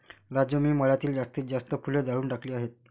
राजू मी मळ्यातील जास्तीत जास्त फुले जाळून टाकली आहेत